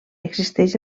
existeix